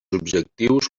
objectius